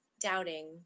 doubting